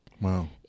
Wow